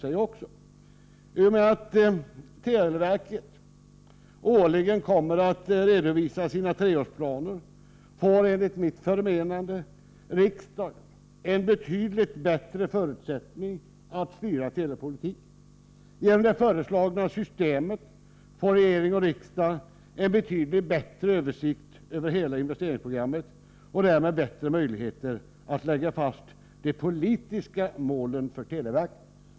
I och med att televerket årligen kommer att redovisa sina treårsplaner får enligt mitt förmenande riksdagen en betydligt bättre förutsättning att styra telepolitiken. Genom det föreslagna systemet får regering och riksdag en väsentligt bättre översikt över hela investeringsprogrammet och därmed större möjligheter att lägga fast de politiska målen för televerket.